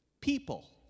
people